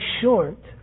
short